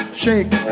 shake